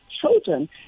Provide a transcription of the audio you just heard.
children